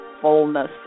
fullness